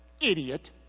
Idiot